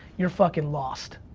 you're fuckin' lost.